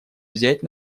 взять